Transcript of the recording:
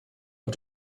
auf